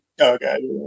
Okay